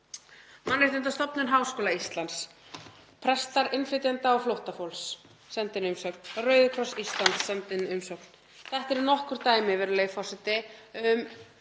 Mannréttindastofnun Háskóla Íslands. Prestar innflytjenda og flóttafólks senda inn umsögn, Rauði kross Íslands sendir inn umsögn. Þetta eru nokkur dæmi, virðulegi forseti, um